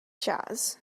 jazz